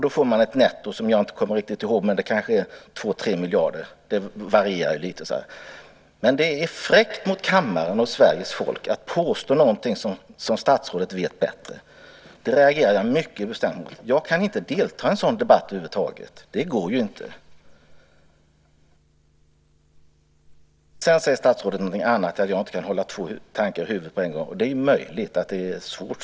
Då får man ett netto som jag inte riktigt kommer ihåg, men det kanske är 2-3 miljarder. Det varierar lite. Det är fräckt mot kammaren och Sveriges folk att statsrådet påstår något som han vet bättre. Det reagerar jag mycket bestämt mot. Jag kan över huvud taget inte delta i en sådan debatt. Det går ju inte. Sedan säger statsrådet något annat: Att jag inte kan hålla två tankar i huvudet på en gång. Det är möjligt att det är svårt.